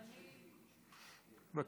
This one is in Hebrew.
בבקשה.